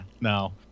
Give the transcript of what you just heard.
no